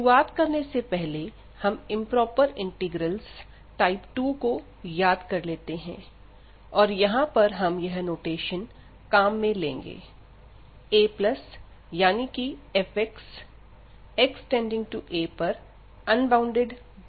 शुरुआत करने से पहले हम इंप्रोपर इंटीग्रल के टाइप 2 को याद कर लेते हैं और यहां पर हम यह नोटेशन काम में लेंगे a यानी कि f x→a पर अनबॉउंडेड बन जाता है